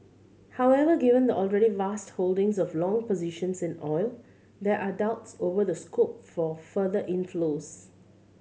however given the already vast holdings of long positions in oil there are doubts over the scope for further inflows